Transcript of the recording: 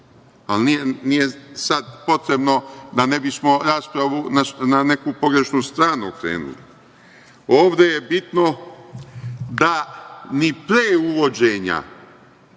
Ali, nije sad potrebno, da ne bismo raspravu okrenuli na neku pogrešnu stranu. Ovde je bitno da ni pre uvođenja